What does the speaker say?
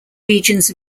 regions